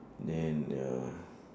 then the